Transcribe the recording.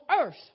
earth